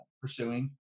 pursuing